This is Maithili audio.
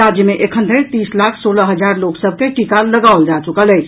राज्य मे एखन धरि तीस लाख सोलह हजार लोक सभ के टीका लगाओल जा चुकल अछि